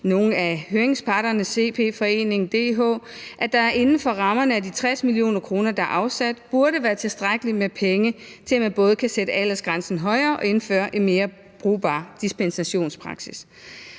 nogle af høringsparterne – CP-foreningen og DH – at der inden for rammerne af de 60 mio. kr., der er afsat, burde være tilstrækkeligt med penge til, at man både kan sætte aldersgrænsen op og indføre en mere brugbar dispensationspraksis.